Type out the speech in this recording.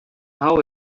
now